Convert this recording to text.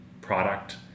product